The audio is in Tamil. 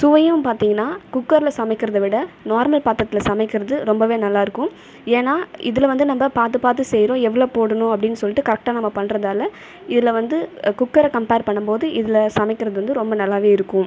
சுவையும் பார்த்தீங்கன்னா குக்கரில் சமைக்கிறதை விட நார்மல் பாத்திரத்தில் சமைக்கிறது ரொம்பவே நல்லா இருக்கும் ஏன்னால் இதில் வந்து நம்ம பார்த்து பார்த்து செய்கிறோம் எவ்வளோ போடணும் அப்படின்னு சொல்லிட்டு கரெக்டாக நம்ம பண்ணுறதால இதில் வந்து குக்கரை கம்ப்பேர் பண்ணும்போது இதில் சமைக்கிறது வந்து ரொம்ப நல்லாவே இருக்கும்